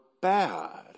bad